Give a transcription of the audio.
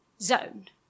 Zone